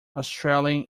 australian